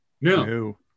No